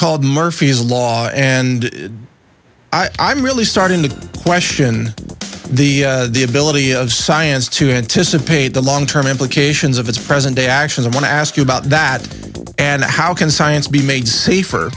called murphy's law and i'm really starting to question the ability of science to anticipate the long term implications of its present day actions i want to ask you about that and how can science be made safer